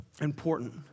important